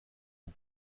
ont